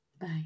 Bye